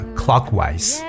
clockwise